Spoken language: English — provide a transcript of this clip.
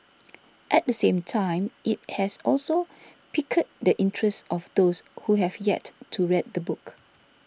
at the same time it has also piqued the interest of those who have yet to read the book